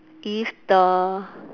if the